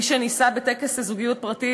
מי שנישא בטקס זוגיות פרטי,